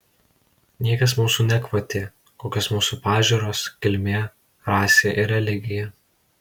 niekas mūsų nekvotė kokios mūsų pažiūros kilmė rasė ir religija